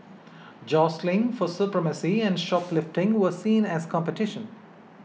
jostling for supremacy and shoplifting were seen as competition